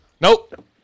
Nope